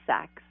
sex